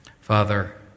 Father